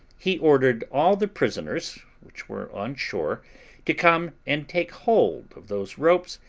he ordered all the prisoners which were on shore to come and take hold of those ropes,